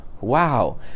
wow